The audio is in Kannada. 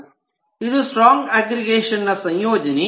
ಇದೂ ಸ್ಟ್ರಾಂಗ್ ಅಗ್ರಿಗೇಷನ್ ನ ಸಂಯೋಜನೆ